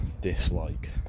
dislike